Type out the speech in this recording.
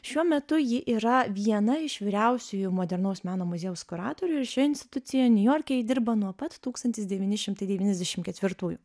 šiuo metu ji yra viena iš vyriausiųjų modernaus meno muziejaus kuratorių ir šioje institucijoje niujorke ji dirba nuo pat tūkstantis devyni šimtai devyniasdešim ketvirtųjų